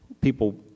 people